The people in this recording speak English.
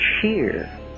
cheer